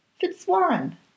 Fitzwarren